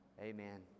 Amen